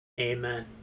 Amen